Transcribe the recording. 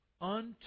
unto